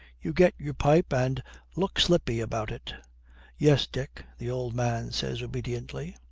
you get your pipe, and look slippy about it yes, dick the old man says obediently.